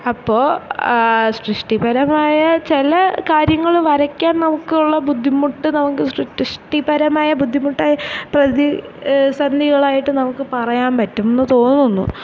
അപ്പോൾ സൃഷ്ടിപരമായ ചില കാര്യങ്ങൾ വരയ്ക്കാൻ നമുക്കുള്ള ബുദ്ധിമുട്ട് നമുക്ക് സൃഷ്ടി സൃഷ്ടിപരമായ ബുദ്ധിമുട്ടായി പ്രതി സന്ധികളായിട്ട് നമുക്ക് പറയാം പറ്റുംന്ന് തോന്നുന്നു